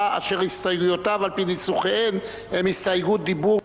אשר הסתייגויותיו על פי ניסוחיהן הן הסתייגויות דיבור ובלבד,